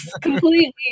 completely